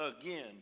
again